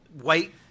white